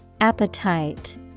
Appetite